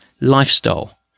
lifestyle